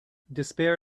despair